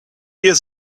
years